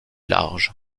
large